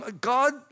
God